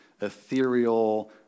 ethereal